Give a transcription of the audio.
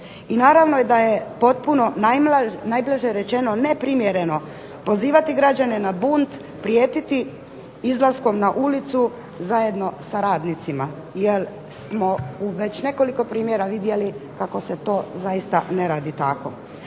I naravno da je potpuno najblaže rečeno neprimjereno pozivati građane na bunt, prijetiti izlaskom na ulicu zajedno sa radnicima. Jer smo u već nekoliko primjera vidjeli kako se to zaista ne radi tako.